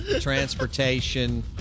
transportation